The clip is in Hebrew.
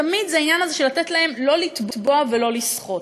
תמיד זה העניין הזה של לא לתת להם לא לטבוע ולא לשחות.